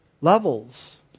levels